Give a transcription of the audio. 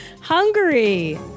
Hungary